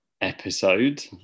episode